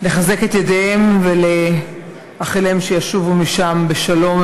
לחזק את ידיהם ולאחל להם שישובו משם בשלום.